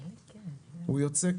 הוא יוצק